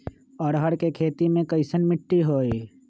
अरहर के खेती मे कैसन मिट्टी होइ?